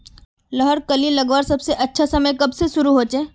लहर कली लगवार सबसे अच्छा समय कब से शुरू होचए?